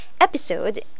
episode